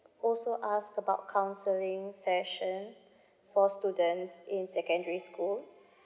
also ask about counseling session for students in secondary school